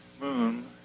moon